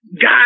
god